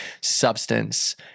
substance